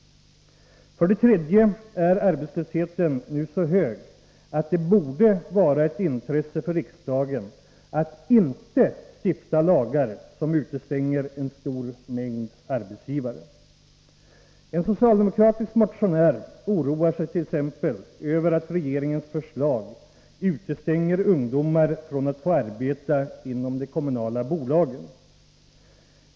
För det tredje är arbetslösheten nu så hög att det borde vara ett intresse för riksdagen att inte stifta lagar som utestänger en stor mängd arbetsgivare. En socialdemokratisk motionär oroar sig t.ex. över att regeringens förslag utestänger ungdomar från att få arbeta inom de kommunala bolagen.